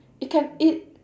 it can eat